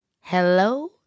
Hello